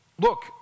look